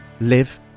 live